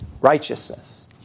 righteousness